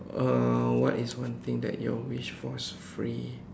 uh what is one thing that your wish was free